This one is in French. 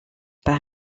par